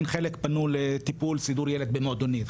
חלק פנו לטיפול סידור ילד במועדונית.